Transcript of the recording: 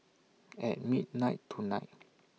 At midnight tonight